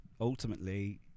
ultimately